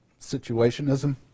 situationism